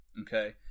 Okay